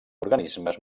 organismes